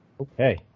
Okay